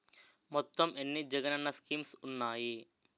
మొత్తం ఎన్ని జగనన్న స్కీమ్స్ ఉన్నాయి?